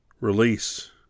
release